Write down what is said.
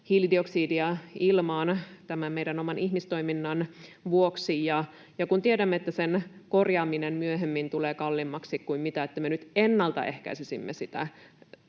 hiilidioksidia ilmaan tämän meidän oman ihmistoimintamme vuoksi, kun tiedämme, että sen korjaaminen myöhemmin tulee kalliimmaksi kuin se, että me nyt ennaltaehkäisisimme niitä